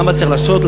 למה צריך להפריד?